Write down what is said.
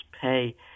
pay